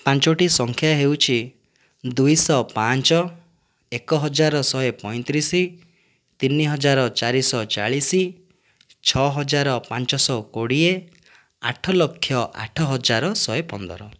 ପାଞ୍ଚଟି ସଂଖ୍ୟା ହେଉଛି ଦୁଇଶହ ପାଞ୍ଚ ଏକ ହଜାର ଶହେ ପଇଁତିରିଶି ତିନି ହଜାର ଚାରିଶହ ଚାଳିଶି ଛଅ ହଜାର ପାଞ୍ଚଶହ କୋଡ଼ିଏ ଆଠ ଲକ୍ଷ ଆଠ ହଜାର ଶହେ ପନ୍ଦର